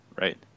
right